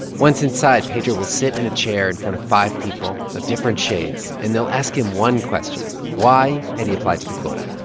once inside, pedro will sit in a chair in front of five people of different shades. and they'll ask him one question why had he applied to the quota?